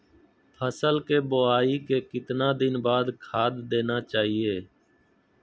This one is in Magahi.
फसल के बोआई के कितना दिन बाद खाद देना चाइए?